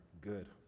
good